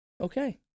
Okay